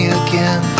again